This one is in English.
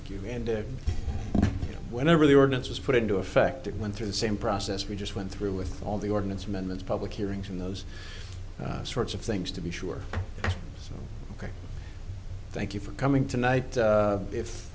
did you know whenever the ordinance was put into effect it went through the same process we just went through with all the ordinance amendments public hearings and those sorts of things to be sure ok thank you for coming tonight